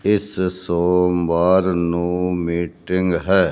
ਇਸ ਸੋਮਵਾਰ ਨੂੰ ਮੀਟਿੰਗ ਹੈ